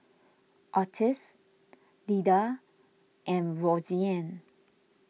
Ottis Lyda and Roseanne